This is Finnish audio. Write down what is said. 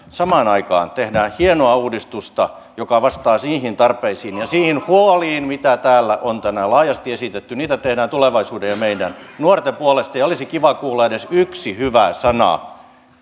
samaan aikaan tehdään hienoa uudistusta joka vastaa niihin tarpeisiin ja niihin huoliin mitä täällä on tänään laajasti esitetty sitä tehdään tulevaisuuden ja meidän nuortemme puolesta ja olisi kiva kuulla edes yksi hyvä sana